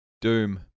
Doom